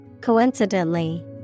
Coincidentally